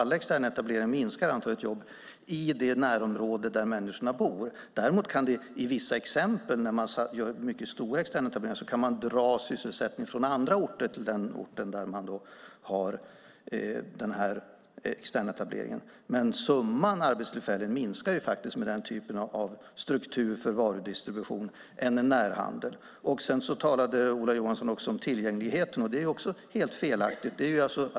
Alla externetableringar minskar antalet jobb i det närområde där människorna bor. Däremot finns det vissa exempel på att när man gör mycket stora externetableringar kan man dra sysselsättning från andra orter till den ort där man då gör den här externetableringen. Men summan arbetstillfällen minskar faktiskt med den typen av struktur för varudistribution om man jämför med närhandel. Sedan talade Ola Johansson om tillgängligheten. Det är också helt felaktigt.